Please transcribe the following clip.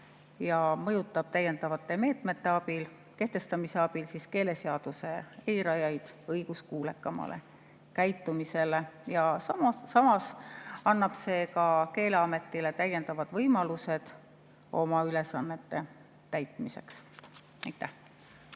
mõjutab täiendavate meetmete kehtestamise abil keeleseaduse eirajaid õiguskuulekamale käitumisele. Samas annab see Keeleametile täiendavad võimalused oma ülesannete täitmiseks. Aitäh!